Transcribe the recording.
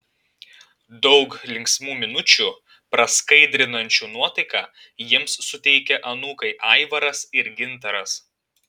daug linksmų minučių praskaidrinančių nuotaiką jiems suteikia anūkai aivaras ir gintaras